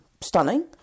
Stunning